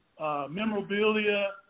memorabilia